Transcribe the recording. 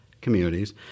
communities